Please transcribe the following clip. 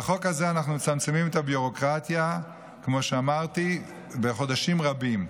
בחוק הזה אנחנו מצמצמים את הביורוקרטיה בחודשים רבים,